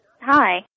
Hi